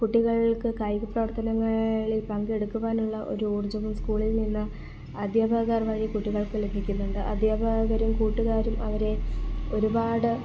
കുട്ടികൾക്ക് കായിക പ്രവർത്തനങ്ങളിൽ പങ്കെടുക്കുവാനുള്ള ഒരു ഊർജ്ജവും സ്കൂളിൽ നിന്ന് അധ്യാപകർ വഴി കുട്ടികൾക്ക് ലഭിക്കുന്നുണ്ട് അധ്യാപകരും കൂട്ടുകാരും അവരെ ഒരുപാട്